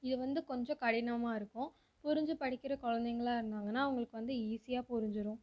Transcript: இது வந்து கொஞ்சம் கடினமாக இருக்கும் புரிஞ்சு படிக்கிற குழந்தைங்களா இருந்தாங்கன்னா அவங்களுக்கு வந்து ஈஸியாக புரிஞ்சிடும்